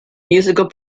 musical